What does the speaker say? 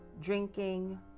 drinking